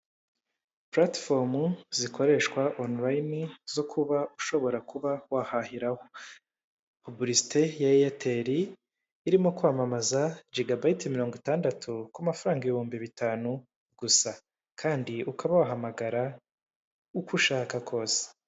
Pulatifomu zikoreshwa onilayini zo kuba ushobora kuba wahahiraho, puburiste ya eyateri irimo kwamamaza jigabayiti mirongo itandatu ku mafaranga ibihumbi bitanu gusa kandi ukaba wahamagara uko ushaka kose.